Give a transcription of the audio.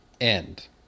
end